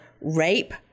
rape